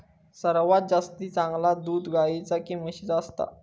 सर्वात जास्ती चांगला दूध गाईचा की म्हशीचा असता?